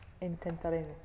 intentaremos